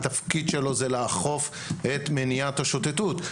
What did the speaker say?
התפקיד שלו זה לאכוף את מניעת השוטטות.